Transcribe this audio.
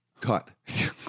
cut